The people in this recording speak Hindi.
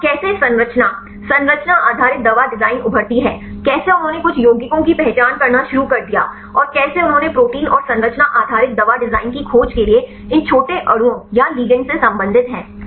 तो कैसे संरचना संरचना आधारित दवा डिजाइन उभरती है कैसे उन्होंने कुछ यौगिकों की पहचान करना शुरू कर दिया और कैसे उन्होंने प्रोटीन और संरचना आधारित दवा डिजाइन की खोज के लिए इन छोटे अणुओं या लिगैंड से संबंधित हैं